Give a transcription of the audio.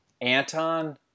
Anton